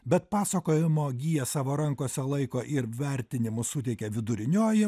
bet pasakojimo giją savo rankose laiko ir vertinimus suteikia vidurinioji